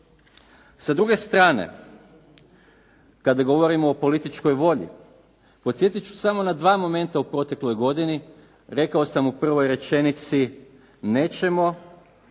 Sa druge strane, kada govorimo o političkoj volji, podsjetit ću samo na dva momenta u protekloj godini, rekao sam u prvoj rečenici nećemo